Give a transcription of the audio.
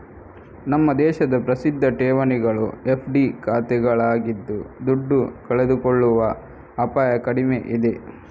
ನಮ್ಮ ದೇಶದ ಪ್ರಸಿದ್ಧ ಠೇವಣಿಗಳು ಎಫ್.ಡಿ ಖಾತೆಗಳಾಗಿದ್ದು ದುಡ್ಡು ಕಳೆದುಕೊಳ್ಳುವ ಅಪಾಯ ಕಡಿಮೆ ಇದೆ